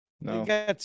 No